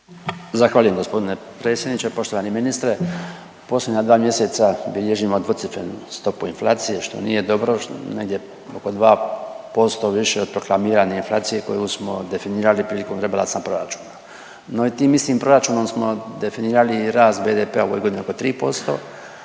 Zahvaljujem g. predsjedniče. Poštovani ministre, u posljednja dva mjeseca bilježimo dvocifrenu stopu inflacije što nije dobro, negdje oko 2% više od proklamirane inflacije koju smo definirali prilikom rebalansa proračuna. No tim istim proračunom smo definirali i rast BDP-a ove godine oko 3%,